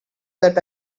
that